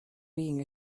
being